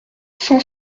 cent